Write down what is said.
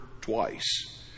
twice